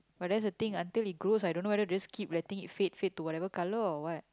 but that's a thing until it grows I don't know whether to just keep the thing it fade fade to whatever colour or what